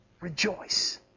Rejoice